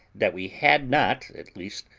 that we had not, at least,